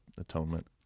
atonement